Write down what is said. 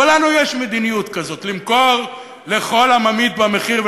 אבל לנו יש מדיניות כזאת, למכור לכל הממעיט במחיר.